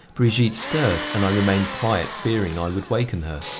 brigitte stirred and i remained quiet, fearing i would waken her.